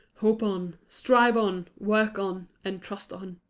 hope on, strive on, work on, and trust on!